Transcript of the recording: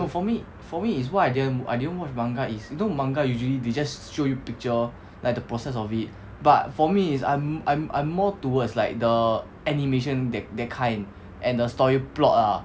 no for me for me is why I didn't I didn't watch manga is you know manga usually they just show you picture like the process of it but for me is I'm I'm more towards like the animation that that kind and the story plot lah